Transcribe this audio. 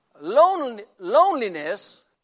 loneliness